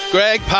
Greg